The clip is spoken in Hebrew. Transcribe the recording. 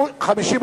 נתקבלה.